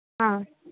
हा